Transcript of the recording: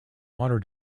water